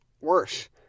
worse